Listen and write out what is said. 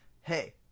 hey